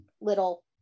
little